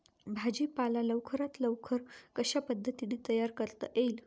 भाजी पाला लवकरात लवकर कशा पद्धतीने तयार करता येईल?